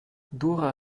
dora